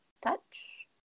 touch